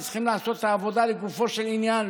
וצריכים לעשות את העבודה לגופו של עניין,